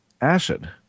acid